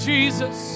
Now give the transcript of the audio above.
Jesus